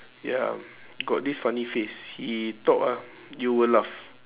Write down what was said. ya got this funny face he talk ah you will laugh